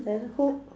then who